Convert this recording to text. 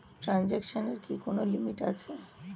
ট্রানজেকশনের কি কোন লিমিট আছে?